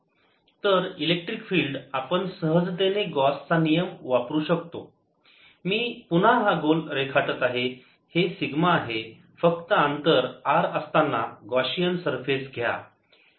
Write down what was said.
B 0R4ωσ3 2cosθrsinθ r3 तर electric field आपण सहजतेने गॉस चा नियम वापरू शकतो मी पुन्हा हा गोल रेखाटत आहे हे सिग्मा आहे फक्त अंतर r असताना गॉशियन सरफेस घ्या